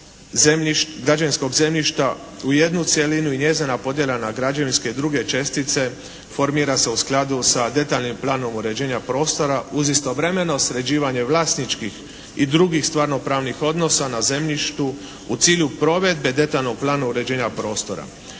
u cilju provedbe detaljnog plana uređenja prostora.